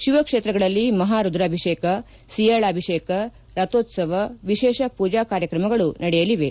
ಶಿವ ಕ್ಷೇತ್ರಗಳಲ್ಲಿ ಮಹಾ ರುದ್ರಾಭಿಷೇಕ ಸಿಯಾಳಾಭಿಷೇಕ ರಥೋತ್ಸವ ವಿಶೇಷ ಪೂಜಾ ಕಾರ್ಯಕ್ರಮಗಳು ನಡೆಯಲಿವೆ